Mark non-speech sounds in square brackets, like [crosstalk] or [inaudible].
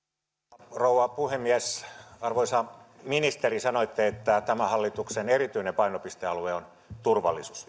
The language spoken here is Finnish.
arvoisa rouva puhemies arvoisa ministeri sanoitte että yksi tämän hallituksen erityisistä painopistealueista on turvallisuus [unintelligible]